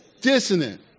Dissonant